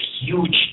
huge